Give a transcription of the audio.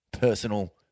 personal